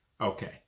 Okay